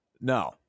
No